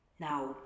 Now